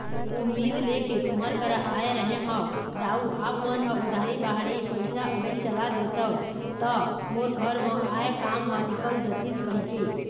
उम्मीद लेके तुँहर करा आय रहें हँव दाऊ आप मन ह उधारी बाड़ही पइसा अभी चला देतेव त मोर घर म आय काम ह निकल जतिस कहिके